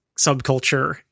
subculture